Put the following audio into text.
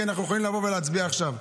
אפילו שאנחנו יכולים לבוא ולהצביע עכשיו.